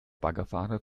baggerfahrer